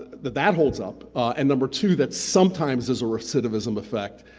that that holds up, and number two that sometimes there's recidivism effect,